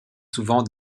souvent